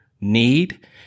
need